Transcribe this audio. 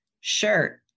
shirt